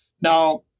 Now